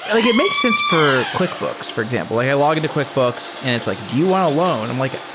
it like it makes sense for quickbooks, for example. i log into quickbooks and it's like, do you want a loan? i'm like,